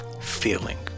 feeling